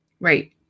Right